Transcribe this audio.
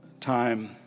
time